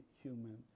human